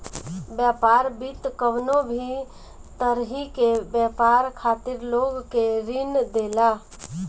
व्यापार वित्त कवनो भी तरही के व्यापार खातिर लोग के ऋण देला